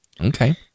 Okay